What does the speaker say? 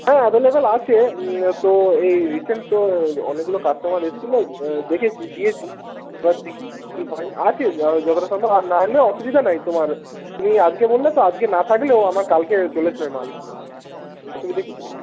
হ্যাঁ অ্যাভেলেবেল আছে তো এই রিসেন্ট তো অনেকগুলো কাস্টমার এসছিলো তো দেখেছি দিয়েছি তো আর দেখি কী হয় আছে যতটা সম্ভব আর না হলে অসুবিধা নাই তোমার তুমি আজকে বললে তো আজকে না থাকলেও আমার কালকে চলে আসবে মাল অসুবিধা কিছু নাই